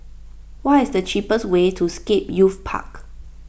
what is the cheapest way to Scape Youth Park